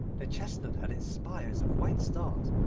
the chestnut had its spires of white stars,